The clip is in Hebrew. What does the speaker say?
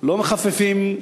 לא מחפפים.